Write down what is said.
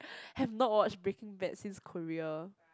have not watched Breaking Bad since Korea